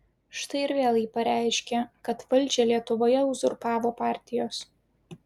štai ir vėl ji pareiškė kad valdžią lietuvoje uzurpavo partijos